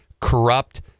corrupt